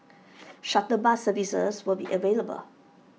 shuttle bus services will be available